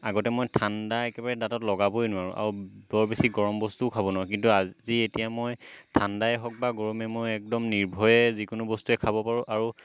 আগতে মই ঠাণ্ডা একেবাৰে দাঁতত লগাবই নোৱাৰোঁ আৰু বৰ বেছি গৰম বস্তুও খাব নোৱাৰোঁ কিন্তু আজি এতিয়া মই ঠাণ্ডাই হওঁক বা গৰমেই মই একদম নিৰ্ভয়ে যিকোনো বস্তুৱে খাব পাৰোঁ আৰু